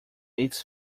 its